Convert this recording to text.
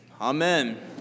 Amen